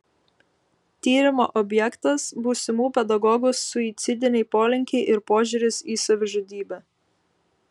tyrimo objektas būsimų pedagogų suicidiniai polinkiai ir požiūris į savižudybę